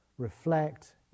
Reflect